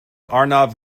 arnav